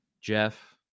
jeff